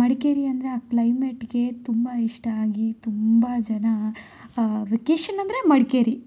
ಮಡಿಕೇರಿ ಅಂದರೆ ಆ ಕ್ಲೈಮೇಟ್ಗೆ ತುಂಬ ಇಷ್ಟ ಆಗಿ ತುಂಬ ಜನ ವೆಕೇಷನ್ ಅಂದರೆ ಮಡಿಕೇರಿ